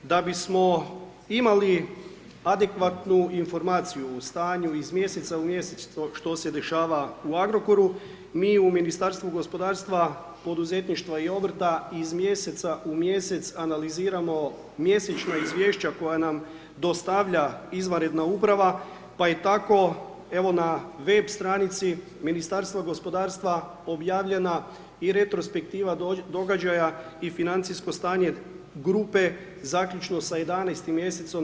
Da bismo imali adekvatnu informaciju o stanju iz mjeseca u mjesec, što se dešava u Agrokoru mi u Ministarstvu gospodarstva, poduzetništva i obrta iz mjeseca u mjesec analiziramo mjesečna izvješća koja nam dostavlja izvanredna uprava, pa je tako ovo na web stranici Ministarstva gospodarstva objavljena i retrospektiva događaja i financijsko stanje grupe zaključno sa 11. mj.